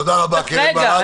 תודה רבה, קרן ברק.